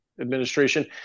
administration